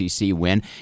win